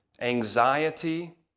anxiety